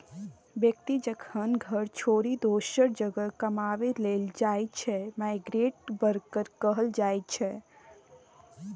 बेकती जखन घर छोरि दोसर जगह कमाबै लेल जाइ छै माइग्रेंट बर्कर कहल जाइ छै